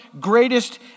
greatest